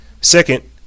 Second